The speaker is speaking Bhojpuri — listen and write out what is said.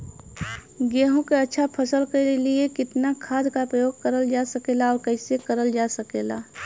गेहूँक अच्छा फसल क लिए कितना खाद के प्रयोग करल जा सकेला और कैसे करल जा सकेला?